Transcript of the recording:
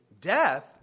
death